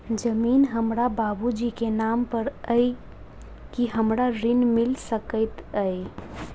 जमीन हमरा बाबूजी केँ नाम पर अई की हमरा ऋण मिल सकैत अई?